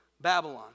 Babylon